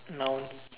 no